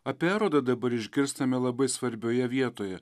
apie erodą dabar išgirstame labai svarbioje vietoje